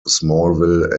smallville